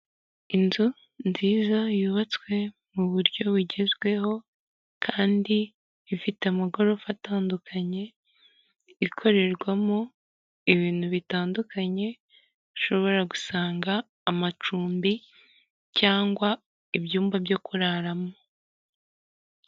Inzu nziza y'ubatswe mu buryo bugezweho kandi ifite amagorofa atandukanye ikorerwamo ibintu bitandukanye ushobora gusanga amacumbi cyangwa ibyumba byo kuraramo.